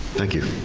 thank you.